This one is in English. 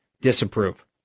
disapprove